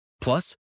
Plus